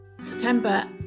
September